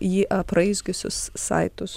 jį apraizgiusius saitus